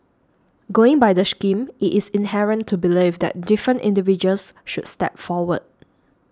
going by the scheme it is inherent to believe that different individuals should step forward